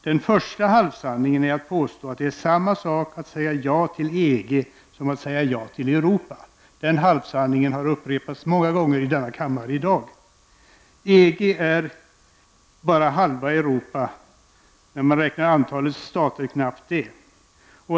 Den första halvsanningen är att påstå att det är samma sak att säga ja till EG som att säga ja till Europa. Den halvsanningen har upprepats många gånger i denna kammare i dag. EG är bara halva Europa och när man räknar antalet stater knappt det.